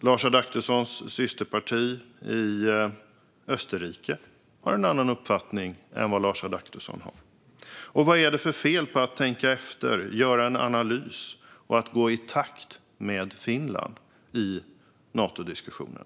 Lars Adaktussons systerparti i Österrike har en annan uppfattning än Lars Adaktusson har. Vad är det för fel, Lars Adaktusson, på att tänka efter, göra en analys och gå i takt med Finland i Natodiskussionen?